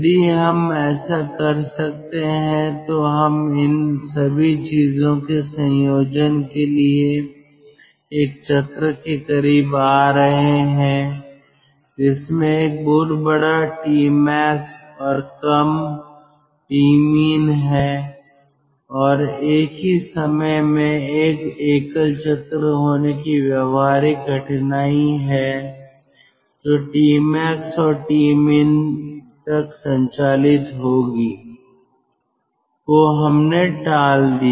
यदि हम ऐसा कर सकते हैं तो हम इन सभी चीजों के संयोजन के लिए एक चक्र के करीब आ रहे हैं जिसमें एक बहुत बड़ा Tmax और कम Tmin है और एक ही समय में एक एकल चक्र होने की व्यावहारिक कठिनाई है जो Tmax और Tmin तक संचालित होगी को हमने टाल दिया